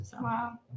wow